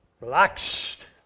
relaxed